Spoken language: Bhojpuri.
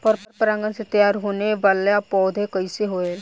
पर परागण से तेयार होने वले पौधे कइसे होएल?